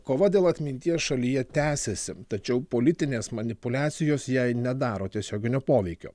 kova dėl atminties šalyje tęsiasi tačiau politinės manipuliacijos jai nedaro tiesioginio poveikio